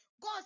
God